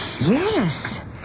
yes